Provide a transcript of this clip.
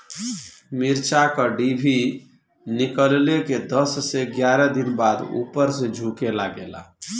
मिरचा क डिभी निकलले के दस से एग्यारह दिन बाद उपर से झुके लागेला?